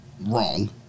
wrong